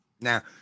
Now